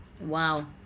wow